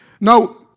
Now